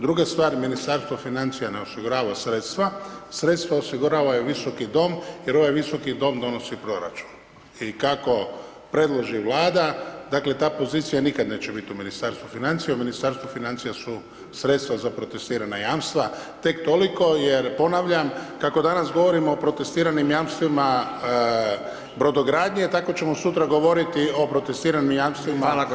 Druga stvar, Ministarstvo financija ne osigurava sredstva, sredstva osigurava ovaj Visoki dom jer ovaj Visoki dom donosi proračun i kako predloži Vlada, dakle ta pozicija nikad neće biti u Ministarstvu financija, u Ministarstvu financija su sredstva za protestirana jamstva, tek toliko jer ponavljam, kako danas govorimo o protestiranim jamstvima brodogradnje, tako ćemo sutra govoriti i protestiranim jamstvima hrvatskih željeznica.